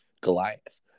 Goliath